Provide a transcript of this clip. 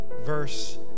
verse